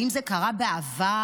האם זה קרה בעבר?